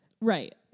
Right